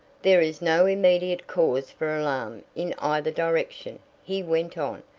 there is no immediate cause for alarm in either direction, he went on,